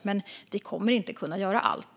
Men vi kommer inte att kunna göra allt.